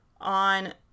on